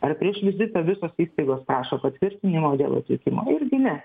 ar prieš vizitą visos įstaigos prašo patvirtinimo dėl atvykimo irgi ne